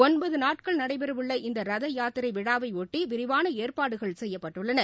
ஒன்பது நாட்கள் நடைபெறவுள்ள இந்த ரத யாத்திரை விழாவையொட்டி விரிவான ஏற்பாடுகள் செய்யப்பட்டுள்ளன